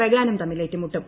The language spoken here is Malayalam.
ബഗാനും തമ്മിൽ ഏറ്റുമുട്ടും